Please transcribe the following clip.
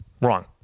Wrong